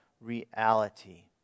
reality